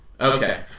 Okay